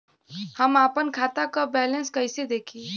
हम आपन खाता क बैलेंस कईसे देखी?